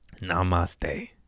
Namaste